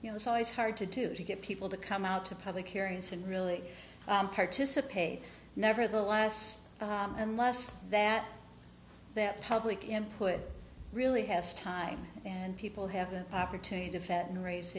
you know it's always hard to do to get people to come out to public hearings and really participate nevertheless unless that that public input really has time and people have an opportunity to fat and ra